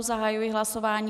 Zahajuji hlasování.